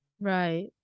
right